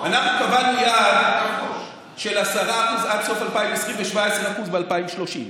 אנחנו קבענו יעד של 10% עד סוף 2020 ו-17% ב-2030.